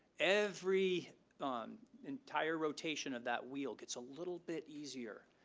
every um entire rotation of that wheel gets a little bit easier,